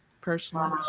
personally